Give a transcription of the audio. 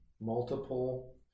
multiple